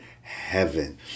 heaven